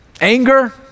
Anger